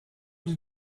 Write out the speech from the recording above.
the